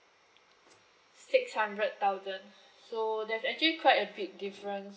six hundred thousand so there's actually quite a big difference